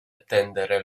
attendere